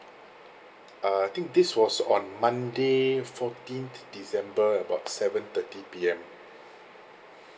uh I think this was on monday fourteenth december about seven thirty P_M